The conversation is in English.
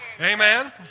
Amen